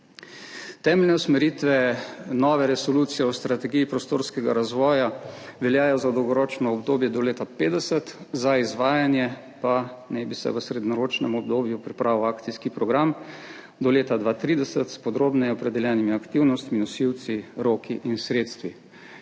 Temeljne usmeritve nove resolucije o strategiji prostorskega razvoja veljajo za dolgoročno obdobje do leta 2050, za izvajanje pa naj bi se v srednjeročnem obdobju pripravil akcijski program do leta 2030 s podrobneje opredeljenimi aktivnostmi, nosilci, roki in sredstvi,